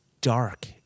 dark